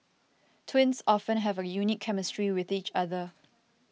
twins often have a unique chemistry with each other